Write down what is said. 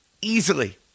easily